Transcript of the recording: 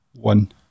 one